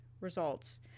results